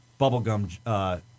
bubblegum